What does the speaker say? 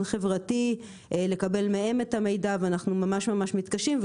חברתי לקבל מהם את המידע ואנחנו ממש מתקשים,